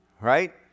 Right